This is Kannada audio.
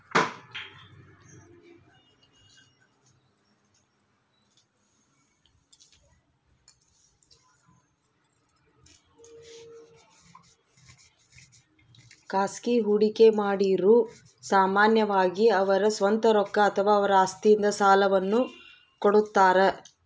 ಖಾಸಗಿ ಹೂಡಿಕೆಮಾಡಿರು ಸಾಮಾನ್ಯವಾಗಿ ಅವರ ಸ್ವಂತ ರೊಕ್ಕ ಅಥವಾ ಅವರ ಆಸ್ತಿಯಿಂದ ಸಾಲವನ್ನು ಕೊಡುತ್ತಾರ